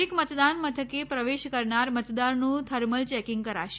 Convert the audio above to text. દરેક મતદાન મથકે પ્રવેશ કરનાર મતદારનું થર્મલ ચેંકીંગ કરાશે